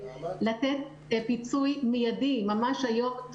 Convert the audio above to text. לתת פיצוי מידי ממש היום,